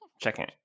checking